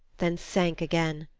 then sank again.